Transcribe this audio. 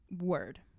Word